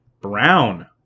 Brown